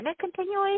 continuation